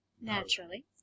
Naturally